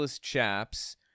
chaps